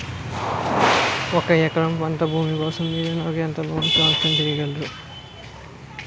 ఒక ఎకరం పంట భూమి కోసం మీరు నాకు ఎంత లోన్ సాంక్షన్ చేయగలరు?